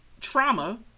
trauma